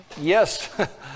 Yes